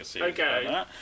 Okay